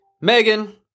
Megan